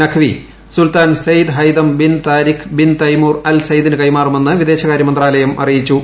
Naqvi Sultan Sayyid Haitham bin Tariq bin Taimur Al സയ്ദിന് കൈമാറുമെന്ന് വിദേശകാര്യ മന്ത്രാലയം അറിയിച്ചു